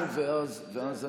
עשרות כפרים שגזלו אדמות בנגב,